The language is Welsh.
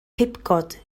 pibgod